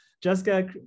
Jessica